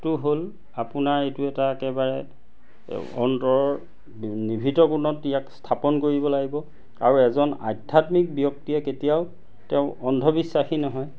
টো হ'ল আপোনাৰ এইটো এটা একেবাৰে অন্তৰ নিভৃত কোণত ইয়াক স্থাপন কৰিব লাগিব আৰু এজন আধ্যাত্মিক ব্যক্তি কেতিয়াও তেওঁ অন্ধবিশ্বাসী নহয়